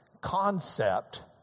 concept